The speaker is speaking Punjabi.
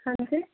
ਹਾਂਜੀ